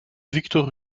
victor